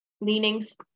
leanings